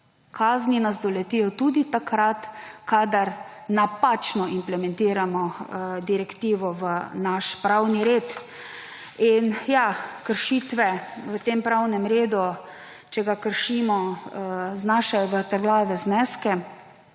kazni nas doletijo tudi takrat, kadar napačno implementiramo direktivo v naš pravni red. In ja, kršitve v tem pravnem redu, če ga kršimo, znašajo vrtoglave zneske,